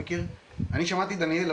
אני שמעתי את דניאל,